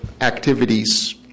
activities